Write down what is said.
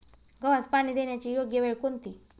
गव्हास पाणी देण्याची योग्य वेळ कोणती?